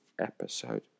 episode